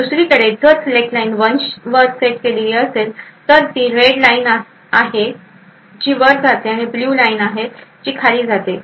दुसरीकडे जर select line 1 वर सेट केली असेल तर ती रेड लाईन आहे जी वर जाते आणि ब्ल्यू लाईन जी खाली आहे